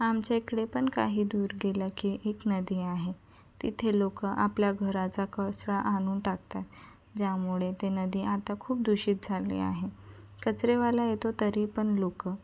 आमच्या इकडे पण काही दूर गेलं की एक नदी आहे तिथे लोक आपल्या घराचा कचरा आणून टाकतात ज्यामुळे ते नदी आता खूप दूषित झाली आहे कचरेवाला येतो तरी पण लोक